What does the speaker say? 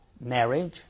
marriage